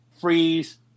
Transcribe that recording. freeze